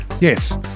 Yes